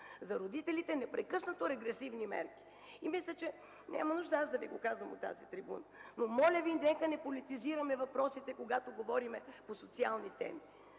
За родителите – непрекъснато регресивни мерки. Мисля, че няма нужда аз да Ви го казвам от тази трибуна. Но, моля Ви, нека не политизираме въпросите, когато говорим по социални теми!